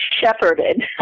shepherded